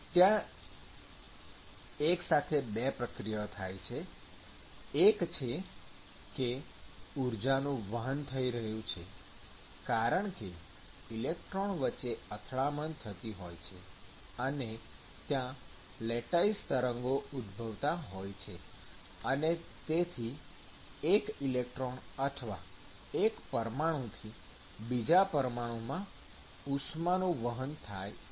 ત્યાં એક સાથે બે પ્રક્રિયાઓ થાય છે એક છે કે ઊર્જાનું વહન થઈ રહયું છે કારણ કે ઇલેક્ટ્રોન વચ્ચે અથડામણ થતી હોય છે અથવા ત્યાં લેટાઈસ તરંગો ઉદભવતા હોય છે અને તેથી એક ઇલેક્ટ્રોન અથવા એક પરમાણુથી બીજા પરમાણુમાં ઉષ્માનું વહન થાય છે